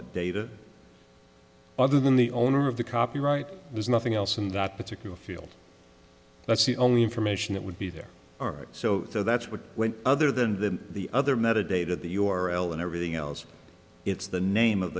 it data other than the owner of the copyright there's nothing else in that particular field that's the only information that would be there are so that's what went other than the the other mehta data the u r l and everything else it's the name of